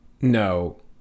No